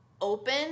open